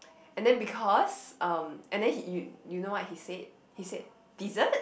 and then because um and then you you know what he said he said dessert